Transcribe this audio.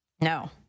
No